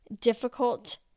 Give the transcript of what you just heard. difficult